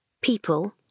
People